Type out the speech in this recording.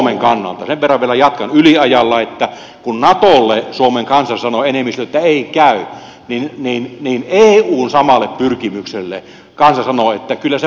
sen verran vielä jatkan yliajalla että kun natolle suomen kansan enemmistö sanoo että ei käy niin eun samalle pyrkimykselle kansa sanoo että kyllä se voisi käydäkin